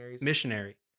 missionary